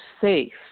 safe